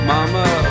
Mama